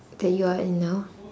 that you are in now